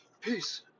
Peace